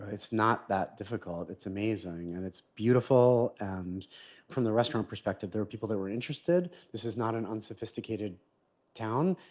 it's not that difficult. it's amazing and it's beautiful. and from the restaurant perspective, there are people that were interested. this is not an unsophisticated town.